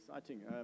Exciting